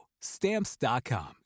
Stamps.com